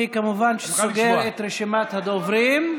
אני כמובן סוגר את רשימת הדוברים.